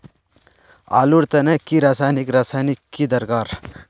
आलूर तने की रासायनिक रासायनिक की दरकार?